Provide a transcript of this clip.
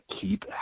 keep